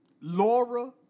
Laura